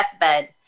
deathbed